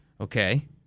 Okay